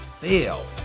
fail